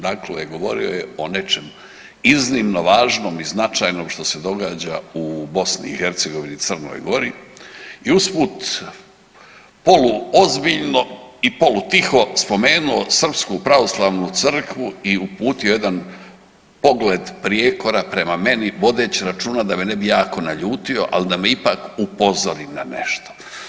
Dakle, govorio o nečemu iznimno važnom i značajnom što se događa u BiH i Crnoj Gori i usput poluozbiljno i polutiho spomenuo Srpsku pravoslavnu crkvu i uputio jedan pogled prijekora prema meni, vodeći računa da me ne bi jako naljutio, ali da me ipak upozori na nešto.